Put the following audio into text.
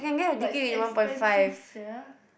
but it's expensive sia